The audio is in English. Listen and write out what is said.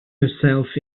yourself